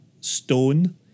Stone